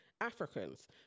Africans